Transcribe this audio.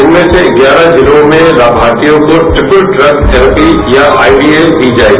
जिनमें से ग्यारह जिलों में लामार्थियों को ट्रिपल ड्रग थेरेपी आईडीए दी जायेगी